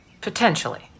Potentially